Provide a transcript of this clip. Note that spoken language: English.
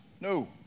No